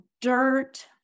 dirt